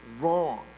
wrong